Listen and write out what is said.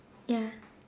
ya